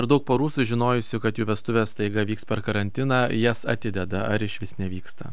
ar daug porų sužinojusių kad jų vestuvės staiga vyks per karantiną jas atideda ar išvis nevyksta